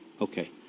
Okay